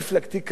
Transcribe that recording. קדימה,